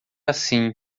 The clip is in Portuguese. assim